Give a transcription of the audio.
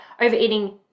overeating